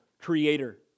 creator